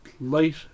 light